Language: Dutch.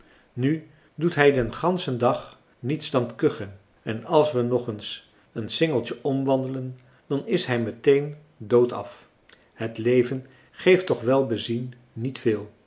nu doet hij den ganschen dag niets dan kuchen en als we nog eens een singeltje omwandelen dan is hij meteen doodaf het leven geeft toch welbezien niet veel